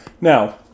Now